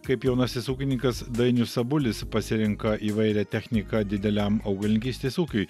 kaip jaunasis ūkininkas dainius sabulis pasirinka įvairią techniką dideliam augalininkystės ūkiui